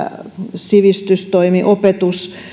sivistystoimi opetus